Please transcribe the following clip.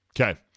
Okay